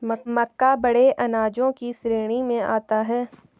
मक्का बड़े अनाजों की श्रेणी में आता है